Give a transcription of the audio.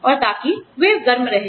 और ताकि वे गर्म रहें